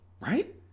Right